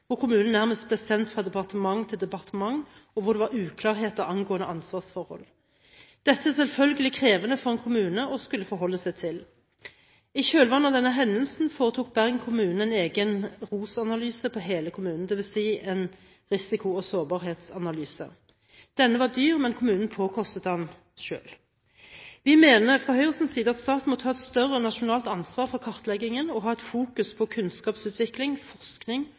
hvor kommunen nærmest ble sendt fra departement til departement, og hvor det var uklarheter angående ansvarsforhold. Dette er selvfølgelig krevende for en kommune å skulle forholde seg til. I kjølvannet av denne hendelsen foretok Bergen kommune en egen ROS-analyse, en risiko- og sårbarhetsanalyse, av hele kommunen. Denne var dyr, men kommunen påkostet den selv. Fra Høyres side mener vi at staten må ta et større nasjonalt ansvar for kartleggingen, ha et fokus på kunnskapsutvikling og forskning